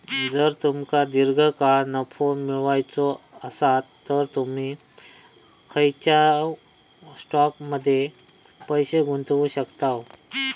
जर तुमका दीर्घकाळ नफो मिळवायचो आसात तर तुम्ही खंयच्याव स्टॉकमध्ये पैसे गुंतवू शकतास